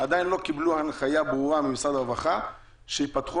עדיין לא קיבלו הנחייה ממשרד הרווחה שייפתחו